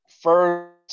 First